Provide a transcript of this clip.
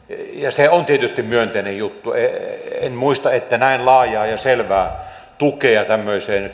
se on tietysti myönteinen juttu en muista että näin laajaa ja selvää tukea tämmöiseen